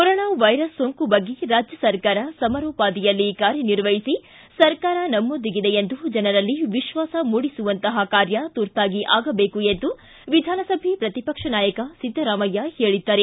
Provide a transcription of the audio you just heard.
corona virus ಸೊಂಕು ಬಗ್ಗೆ ರಾಜ್ಯ ಸರ್ಕಾರ ಸಮರೋಪಾದಿಯಲ್ಲಿ ಕಾರ್ಯ ನಿರ್ವಹಿಸಿ ಸರ್ಕಾರ ನಮ್ಮೊಂದಿಗಿದೆ ಎಂದು ಜನರಲ್ಲಿ ವಿಶ್ವಾಸ ಮೂಡಿಸುವಂತಹ ಕಾರ್ಯ ತುರ್ತಾಗಿ ಆಗಬೇಕು ಎಂದು ವಿಧಾನಸಭೆ ಪ್ರತಿಪಕ್ಷ ನಾಯಕ ಸಿದ್ದರಾಮಯ್ಯ ಹೇಳಿದ್ದಾರೆ